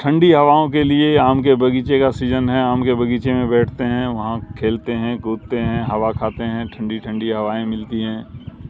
ٹھنڈی ہواؤں کے لیے آم کے باغیچے کا سیزن ہے آم کے باغیچے میں بیٹھتے ہیں وہاں کھیلتے ہیں کودتے ہیں ہوا کھاتے ہیں ٹھنڈی ٹھنڈی ہوائیں ملتی ہیں